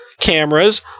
cameras